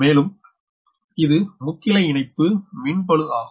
மேலும் இது முக்கிளைஇணைப்பு மின் பளு ஆகும்